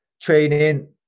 training